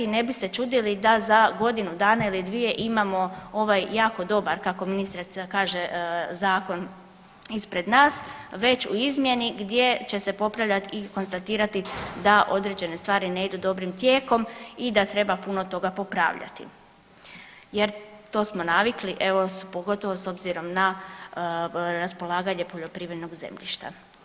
Ne bi se čudili da za godinu dana ili dvije imamo ovaj jako dobar kako ministrica kaže ispred nas, već u izmjeni gdje će se popravljat i konstatirati da određene stvari ne idu dobrim tijekom i da treba puno toga popravljati jer to smo navikli, evo pogotovo s obzirom na raspolaganje poljoprivrednog zemljišta.